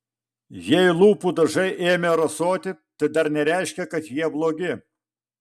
jei lūpų dažai ėmė rasoti tai dar nereiškia kad jie blogi